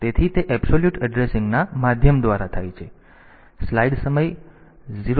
તેથી તે એબ્સોલ્યુટ એડ્રેસિંગના માધ્યમ દ્વારા છે